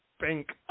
pink